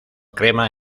crema